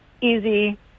easy